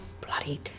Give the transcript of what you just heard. bloody